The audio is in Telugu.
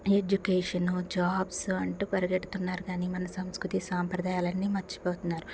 ఎడ్యుకేషను జాబ్స్ అంటూ పరిగెడుతున్నారు కానీ మన సంస్కృతి సాంప్రదాయాలన్ని మర్చిపోతున్నారు